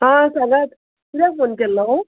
आ सांगात किद्याक फोन केल्लो